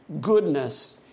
goodness